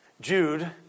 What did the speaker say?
Jude